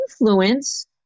influence